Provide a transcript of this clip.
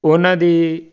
ਉਨਾਂ ਦੀ